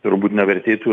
turbūt nevertėtų